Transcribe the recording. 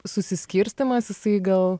susiskirstymas jisai gal